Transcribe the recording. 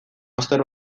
master